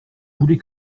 voulez